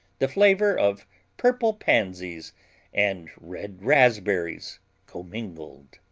the flavor of purple pansies and red raspberries commingled.